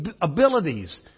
abilities